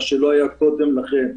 מה שלא היה קודם לכן,